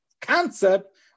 concept